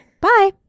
Bye